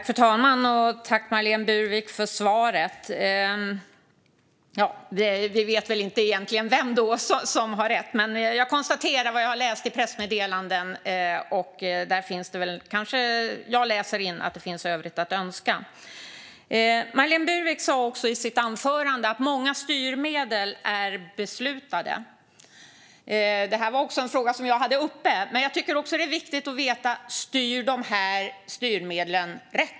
Fru talman! Då vet vi väl egentligen inte vem som har rätt, men jag konstaterar vad jag har läst i pressmeddelanden. Där läser jag in att det finns övrigt att önska. Marlene Burwick sa i sitt anförande att många styrmedel är beslutade. Det var en fråga som även jag hade uppe. Men jag tycker också att det är viktigt att veta om styrmedlen styr rätt.